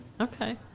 okay